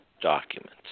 documents